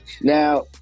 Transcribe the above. Now